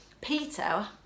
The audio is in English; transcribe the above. Peter